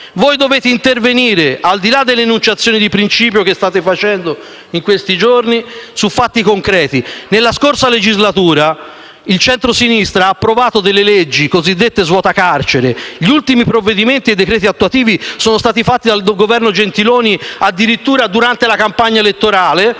che dovete intervenire, al di là delle enunciazioni di principio che state facendo in questi giorni, su fatti concreti. Nella scorsa legislatura il centrosinistra ha approvato le cosiddette leggi svuotacarceri. Gli ultimi provvedimenti e decreti attuativi sono stati fatti dal Governo Gentiloni Silveri addirittura durante la campagna elettorale